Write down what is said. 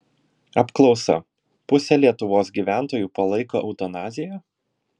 apklausa pusė lietuvos gyventojų palaiko eutanaziją